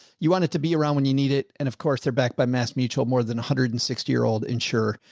you want it to be around when you need it. and of course, they're backed by mass mutual, more than one hundred and sixty year old insurer.